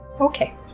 okay